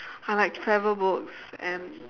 I like travel books and